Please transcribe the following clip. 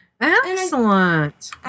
Excellent